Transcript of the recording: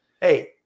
hey